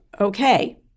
okay